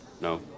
No